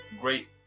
great